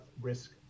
risk